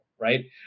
right